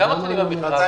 לכמה זמן המכרז?